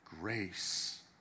grace